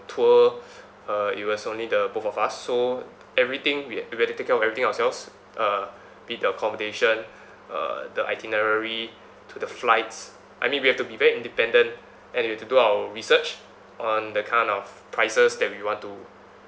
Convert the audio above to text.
tour uh it was only the both of us so everything we we have to take care of everything ourselves uh be it the accommodation uh the itinerary to the flights I mean we have to be very independent and we have to do our research on the kind of prices that we want to